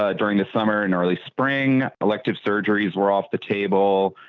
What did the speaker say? ah during the summer and early spring elective surgeries were off the table.